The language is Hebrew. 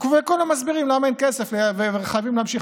וכולם מסבירים למה אין כסף וחייבים להמשיך